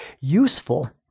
useful